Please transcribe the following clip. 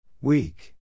Weak